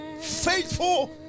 Faithful